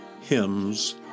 Hymns